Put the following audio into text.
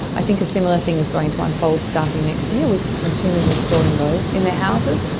i think a similar thing is going to unfold starting next year with consumers installing those in their houses.